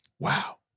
Wow